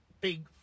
big